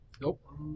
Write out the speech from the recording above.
Nope